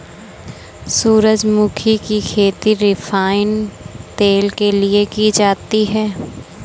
सूरजमुखी की खेती रिफाइन तेल के लिए की जाती है